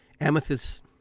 amethyst